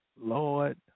Lord